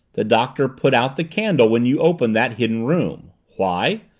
the doctor put out the candle when you opened that hidden room. why?